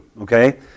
okay